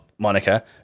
Monica